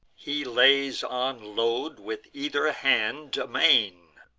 he lays on load with either hand, amain,